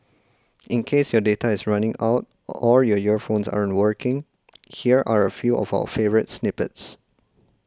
in case your data is running out or your earphones aren't working here are a few of our favourite snippets